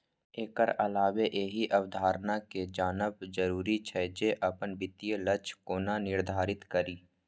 एकर अलावे एहि अवधारणा कें जानब जरूरी छै, जे अपन वित्तीय लक्ष्य कोना निर्धारित करी